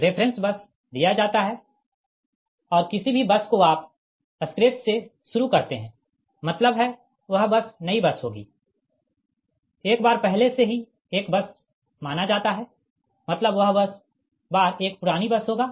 reference base दिया जाता है और किसी भी बस को आप शून्य से शुरू करते है मतलब है वह बस नई बस होगी एक बार पहले से ही एक बस माना जाता है मतलब वह बस बार एक पुरानी बस होगा